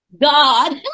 God